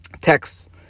texts